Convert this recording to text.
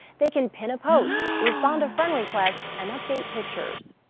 they can pin a post, respond to friend requests, and update pictures.